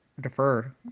defer